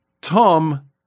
Tom